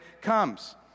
comes